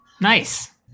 nice